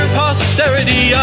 posterity